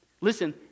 Listen